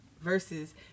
versus